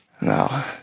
No